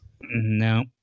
No